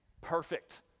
perfect